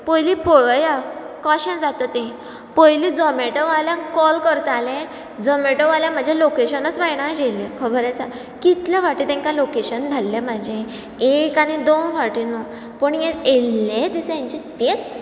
पयलीं पळोया कशें जाता तें पयलीं झोमेटोवाल्यांक कॉल करतालें झोमेटो वाल्यांक म्हजें लोकेशनूच मेळनाशिल्लें खबर आसा कितले फावट तांकां लोकेशन धाडलें म्हाजें एक आनी दोन फावटीं न्हू पूण येयल्लेय दिसा हांचे तेंच